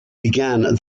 began